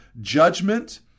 judgment